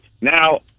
Now